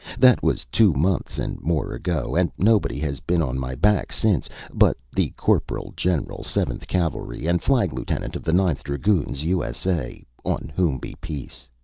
that was two months and more ago, and nobody has been on my back since but the corporal-general seventh cavalry and flag-lieutenant of the ninth dragoons, u s a, on whom be peace!